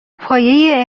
پایه